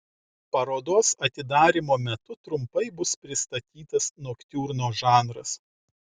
parodos atidarymo metu trumpai bus pristatytas noktiurno žanras